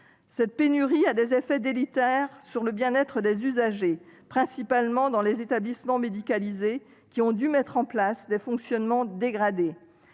Cette pénurie a des effets délétères sur le bien-être des usagers, principalement dans les établissements médicalisés, qui ont dû mettre en place des fonctionnements dégradés.